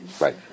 Right